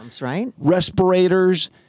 Respirators